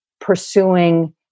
pursuing